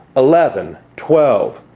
eleven, twelve,